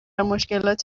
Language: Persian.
مشکلات